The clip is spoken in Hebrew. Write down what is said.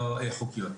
ולא חוקיות.